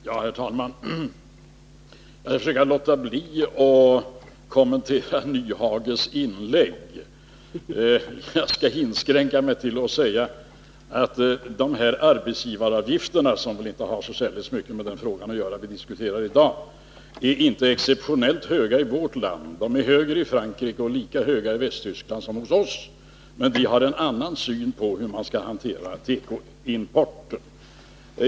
Herr talman! Jag skall försöka låta bli att kommentera Hans Nyhages inlägg. Jag skall inskränka mig till att säga att arbetsgivaravgifterna, som väl inte har så särdeles mycket att göra med den fråga som vi diskuterar i dag, inte är exceptionellt höga i vårt land. De är högre i Frankrike, och de är lika höga i Västtyskland som hos oss. Men vi har en annan syn på hur man skall hantera tekoimporten.